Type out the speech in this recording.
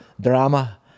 drama